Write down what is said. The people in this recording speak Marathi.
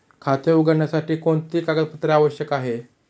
खाते उघडण्यासाठी कोणती कागदपत्रे आवश्यक आहे?